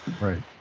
Right